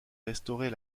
restaurer